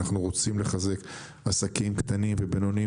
אנחנו רוצים לחזק עסקים קטנים ובינוניים,